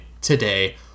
today